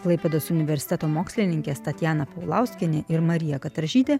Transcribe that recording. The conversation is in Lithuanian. klaipėdos universiteto mokslininkės tatjana paulauskienė ir marija kataržytė